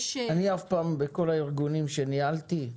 אני, אף פעם בכל הארגונים שניהלתי,